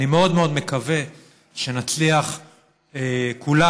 אני מאוד מאוד מקווה שנצליח כולנו